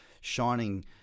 shining